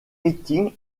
meeting